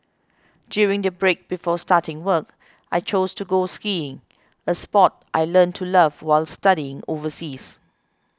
during the break before starting work I chose to go skiing a sport I learnt to love while studying overseas